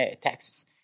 taxes